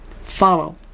follow